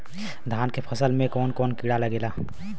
धान के फसल मे कवन कवन कीड़ा लागेला?